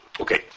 Okay